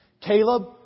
Caleb